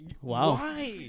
Wow